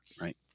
right